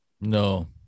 No